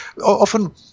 often